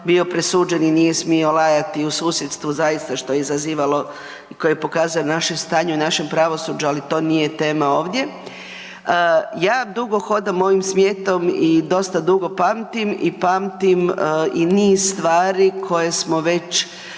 bio presuđen i nije smio lajati u susjedstvu, zaista, što je izazivalo, koje je pokazalo naše stanje u našem pravosuđu, ali to nije tema ovdje. Ja dugo hodam ovim svijetom i dosta dugo pamtim i pamtim i niz stvari koje smo već